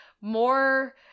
more